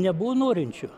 nebuvo norinčių